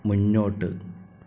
മുന്നോട്ട്